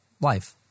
Life